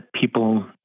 people